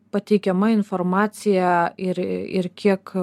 pateikiama informacija ir ir kiek